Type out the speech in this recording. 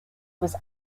was